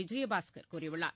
விஜயபாஸ்கர் கூறியுள்ளார்